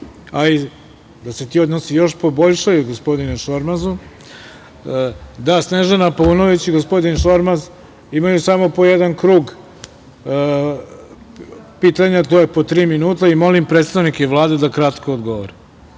ali i da se ti odnosi još poboljšaju, gospodine Šormaz, da Snežana Paunović i gospodin Šormaz imaju samo po jedan krug pitanja, to je po tri minuta i molim predstavnike Vlade da kratko odgovore,